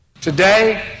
Today